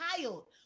child